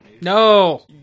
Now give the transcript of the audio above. No